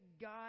God